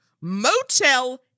motel